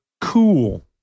cool